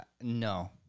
No